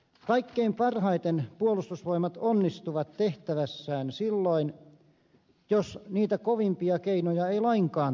kaikkein parhaiten puolustusvoimat onnistuu tehtävässään silloin jos niitä kovimpia keinoja ei lainkaan tarvita